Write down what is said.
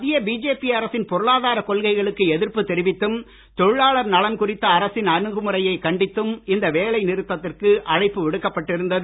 மத்திய பிஜேபி அரசின் பொருளாதார கொள்கைகளுக்கு எதிர்ப்பு தெரிவித்தும் தொழிலாளர் நலன் குறித்த அரசின் அணுகுமுறையைக் கண்டித்தும் இந்த வேலை நிறுத்தத்திற்கு அழைப்பு விடுக்கப்பட்டிருந்தது